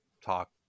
talk